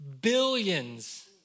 Billions